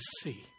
see